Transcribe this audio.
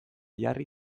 jarri